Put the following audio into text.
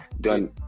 done